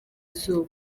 izuba